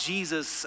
Jesus